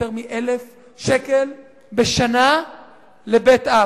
אסור לקבל יותר מ-1,000 שקל בשנה לבית אב,